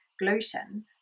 gluten